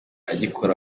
agikora